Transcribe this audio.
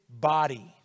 body